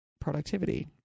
productivity